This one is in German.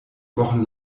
wochen